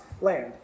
land